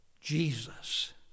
Jesus